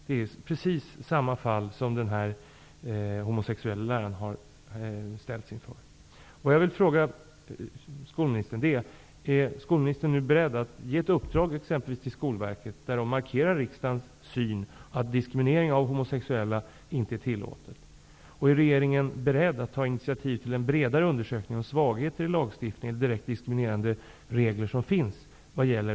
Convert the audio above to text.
Det är precis samma fall som den här homosexuelle läraren har ställts inför.